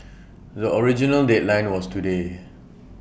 the original deadline was today